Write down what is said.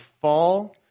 fall